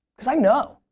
because i know.